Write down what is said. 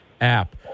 app